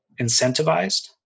incentivized